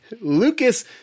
Lucas